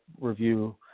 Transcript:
review